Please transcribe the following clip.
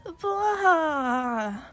Blah